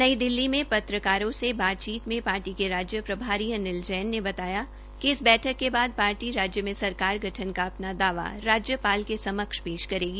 नई दिल्ली में पत्रकारों से बातचीत में पार्टी की राज्य प्रभारी अनिल जैन ने बताया कि इस बैठक के बाद पार्टी राज्य में सरकार गठन का अपना दावा राज्यपाल के समक्ष पेश करेगी